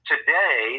Today